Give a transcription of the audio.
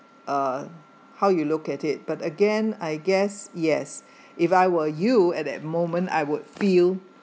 uh how you look at it but again I guess yes if I were you at that moment I would feel